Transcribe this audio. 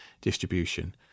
distribution